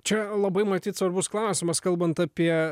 čia labai matyt svarbus klausimas kalbant apie